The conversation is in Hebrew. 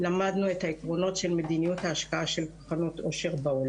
למדנו את העקרונות של מדיניות ההשקעה של קרנות עושר בעולם.